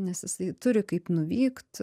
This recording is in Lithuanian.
nes jisai turi kaip nuvykt